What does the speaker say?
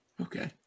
okay